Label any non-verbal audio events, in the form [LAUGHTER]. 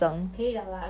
[LAUGHS]